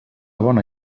bona